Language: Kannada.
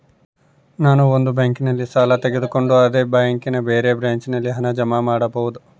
ನಾನು ಒಂದು ಬ್ಯಾಂಕಿನಲ್ಲಿ ಸಾಲ ತಗೊಂಡು ಅದೇ ಬ್ಯಾಂಕಿನ ಬೇರೆ ಬ್ರಾಂಚಿನಲ್ಲಿ ಹಣ ಜಮಾ ಮಾಡಬೋದ?